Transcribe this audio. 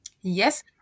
yes